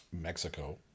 mexico